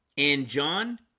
in john,